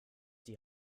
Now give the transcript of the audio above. die